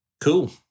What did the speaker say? Cool